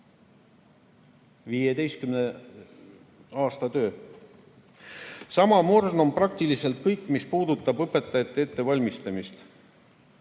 15 aasta töö. Sama morn on praktiliselt kõik, mis puudutab õpetajate ettevalmistamist.